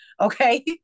Okay